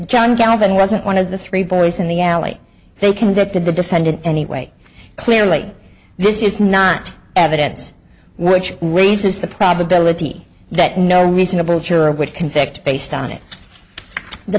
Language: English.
john calvin wasn't one of the three boys in the alley they convicted the defendant anyway clearly this is not evidence which raises the probability that no reasonable juror would convict based on it the